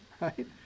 right